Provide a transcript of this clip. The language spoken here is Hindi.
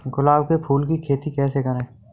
गुलाब के फूल की खेती कैसे करें?